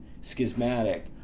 schismatic